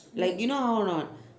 like you know how or not